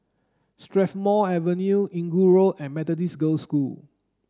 Strathmore Avenue Inggu Road and Methodist Girls' School